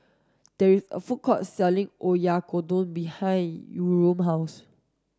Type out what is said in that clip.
there is a food court selling Oyakodon behind Yurem's house